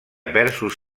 versos